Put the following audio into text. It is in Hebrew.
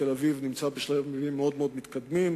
תל-אביב הנמצא בשלבים מאוד מתקדמים,